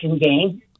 game